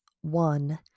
one